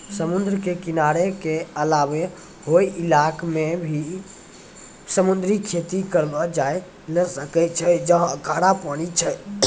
समुद्र के किनारा के अलावा हौ इलाक मॅ भी समुद्री खेती करलो जाय ल सकै छै जहाँ खारा पानी छै